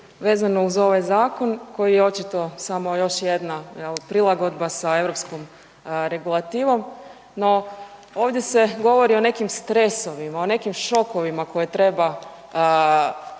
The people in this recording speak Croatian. vezano uz ovaj zakon koji je očito samo još jedna jel prilagodba sa europskom regulativom, no ovdje se govori o nekim stresovima, o nekim šokovima koje treba